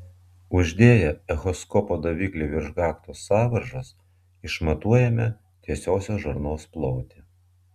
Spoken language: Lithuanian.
uždėję echoskopo daviklį virš gaktos sąvaržos išmatuojame tiesiosios žarnos plotį